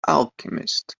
alchemist